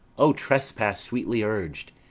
o trespass sweetly urg'd!